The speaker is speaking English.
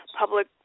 public